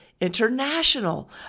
international